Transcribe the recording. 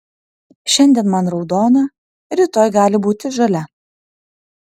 šiandien man raudona rytoj gali būti žalia